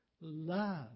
love